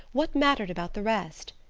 what mattered about the rest?